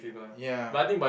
ya